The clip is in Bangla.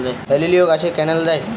হেলিলিও গাছে ক্যানেল দেয়?